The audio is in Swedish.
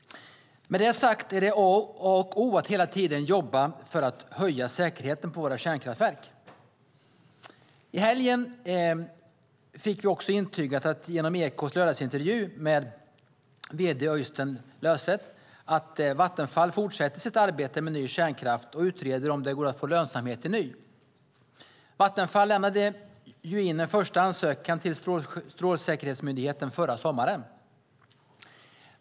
Med det sagt är det A och O att hela tiden jobba för att höja säkerheten på våra kärnkraftverk. I helgen fick vi också genom Ekots lördagsintervju med vd Øystein Løseth intygat att Vattenfall fortsätter sitt arbete med ny kärnkraft och utreder om det går att få lönsamhet i sådan. Vattenfall lämnade ju in en första ansökan till Strålsäkerhetsmyndigheten förra sommaren.